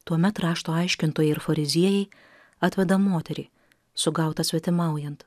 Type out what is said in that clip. tuomet rašto aiškintojai ir fariziejai atveda moterį sugautą svetimaujant